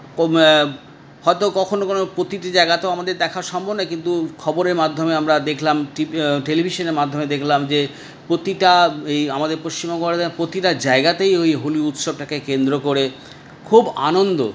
হয়তো কখনও কোনও প্রতিটি জায়গা তো আমাদের দেখা সম্ভব নয় কিন্তু খবরের মাধ্যমে আমরা দেখলাম টি টেলিভিশনের মাধ্যমে দেখলাম যে প্রতিটা এই আমাদের পশ্চিম বর্ধমানের প্রতিটা জায়গাতেই ওই হোলি উৎসবটাকে কেন্দ্র করে খুব আনন্দ